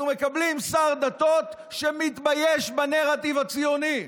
אנחנו מקבלים שר דתות שמתבייש בנרטיב הציוני.